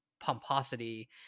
pomposity